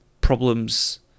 problems